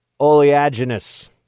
oleaginous